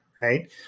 right